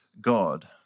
God